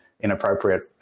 inappropriate